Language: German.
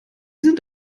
sind